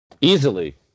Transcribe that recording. Easily